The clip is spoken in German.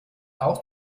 auch